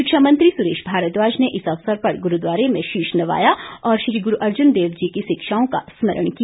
शिक्षा मंत्री सुरेश भारद्वाज ने इस अवसर पर गुरुद्वारे में शीश नवाया और श्री गुरु अर्जुन देव जी की शिक्षाओं का स्मरण किया